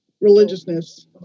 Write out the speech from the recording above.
religiousness